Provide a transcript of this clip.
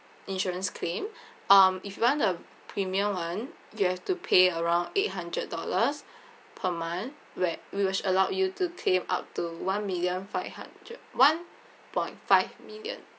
insurance claim um if you want a premium [one] you have to pay around eight hundred dollars per month where we will allow you to claim up to one million five hundred one point five million